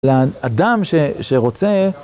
לאדם שרוצה...